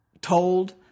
told